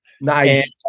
Nice